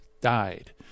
died